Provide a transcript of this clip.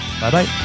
Bye-bye